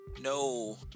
No